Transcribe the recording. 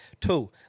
two